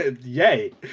Yay